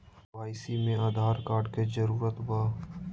KYC में Aadhaar card के जरूरत बा?